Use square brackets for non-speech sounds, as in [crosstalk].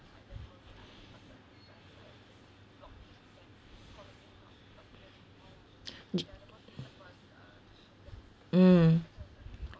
[noise] mm